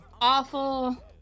awful